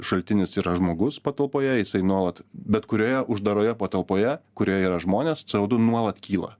šaltinis yra žmogus patalpoje jisai nuolat bet kurioje uždaroje patalpoje kurioje yra žmonės co du nuolat kyla